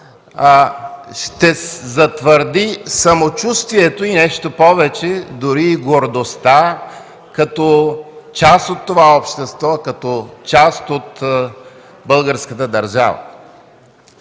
ще затвърди самочувствието и нещо повече, дори гордостта като част от това общество, като част от българската държава.